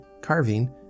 carving